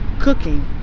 cooking